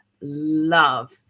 love